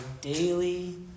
daily